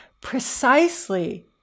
precisely